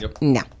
No